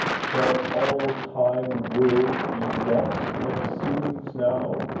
shall all time world be lost eftsoones now?